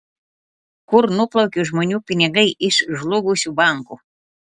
kur nuplaukė žmonių pinigai iš žlugusių bankų